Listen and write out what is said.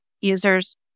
users